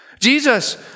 Jesus